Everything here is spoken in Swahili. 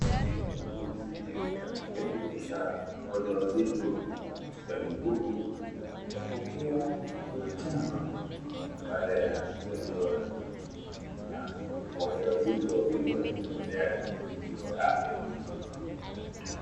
Wauguzi katika kitengo cha wajawazito hospitalini humo, wapokea watoto wachanga baada ya kuzaliwa na wajawazito wawili waliotembelea kituo hicho cha afya.